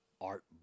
art